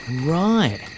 Right